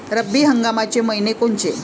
रब्बी हंगामाचे मइने कोनचे?